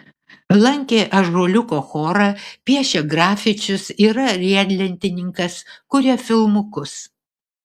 lankė ąžuoliuko chorą piešia grafičius yra riedlentininkas kuria filmukus